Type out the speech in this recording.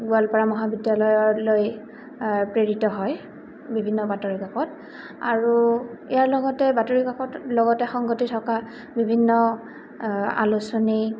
গোৱালপাৰা মহাবিদ্যালয়লৈ প্ৰেৰিত হয় বিভিন্ন বাতৰি কাকত আৰু ইয়াৰ লগতে বাতৰি কাকত লগতে সংগতি থকা বিভিন্ন আলোচনী